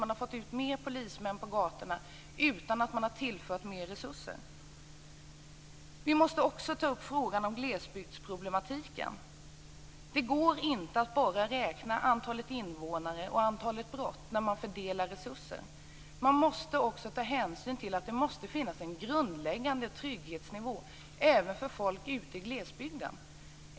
Man har fått ut fler polismän på gatorna utan att man har tillfört mer resurser. Vi måste också ta upp det här med glesbygdsproblematiken. Det går inte att bara räkna antalet invånare och antalet brott när man fördelar resurser. Man bör också ta hänsyn till att det måste finnas en grundläggande trygghetsnivå även för folk ute i glesbygden.